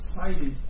excited